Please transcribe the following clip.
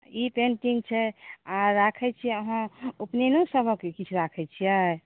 ई painting छै आ राखैत छियै आहाँ उपनयनो सभक किछु राखैत छियै